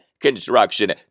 construction